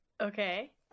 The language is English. Okay